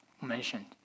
mentioned